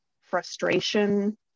frustration